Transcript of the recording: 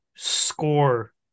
score